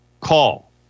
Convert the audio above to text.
call